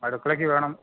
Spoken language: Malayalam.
അടുക്കളയ്ക്ക് വേണം